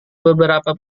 beberapa